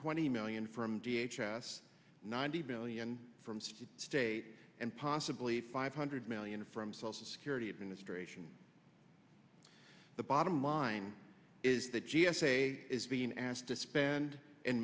twenty million from v h s ninety million from city state and possibly five hundred million from social security administration the bottom line is the g s a is being asked to spend and